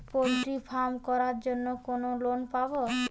Poultry farm করার জন্য কোন লোন পাব?